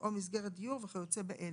או מסגרת דיור וכיוצא באלה.